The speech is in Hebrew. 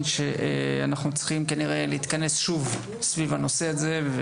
שאנחנו צריכים כנראה להתכנס שוב סביב הנושא הזה.